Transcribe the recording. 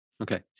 Okay